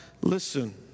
listen